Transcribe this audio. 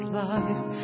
life